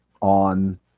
on